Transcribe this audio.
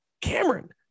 cameron